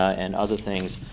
and other things.